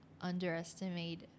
underestimate